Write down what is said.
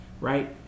Right